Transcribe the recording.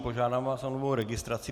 Požádám vás o novou registraci.